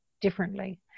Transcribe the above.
differently